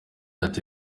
ati